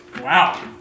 Wow